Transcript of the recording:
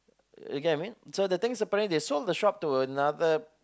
you get what I mean so the thing is apparently they sold the shop to another